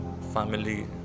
family